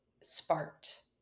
sparked